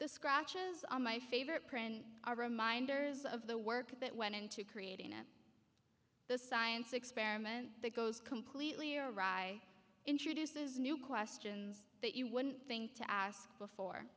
the scratches on my favorite print are reminders of the work that went into creating this science experiment that goes completely a wry introduces new questions that you wouldn't think to ask before